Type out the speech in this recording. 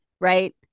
Right